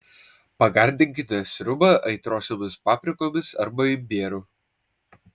pagardinkite sriubą aitriosiomis paprikomis arba imbieru